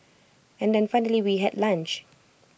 and then finally we had lunch